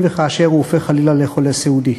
אם וכאשר הוא הופך חלילה לחולה סיעודי,